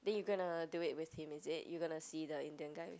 then you gonna do it with him is it you gonna see the Indian guy